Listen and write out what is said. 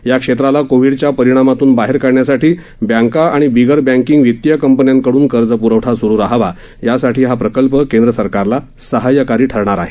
या क्षेत्राला कोविडच्या परिणामातून बाहेर काढण्यासाठी बँका आणि बिगर बँकींग वितीय कंपन्यांकडून कर्ज प्रवठा सुरू रहावा यासाठी हा प्रकल्प केंद्र सरकारला सहाय्यकारी ठरणार आहे